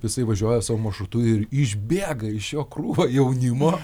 jisai važiuoja savo maršrutu ir išbėga iš jo krūvą jaunimo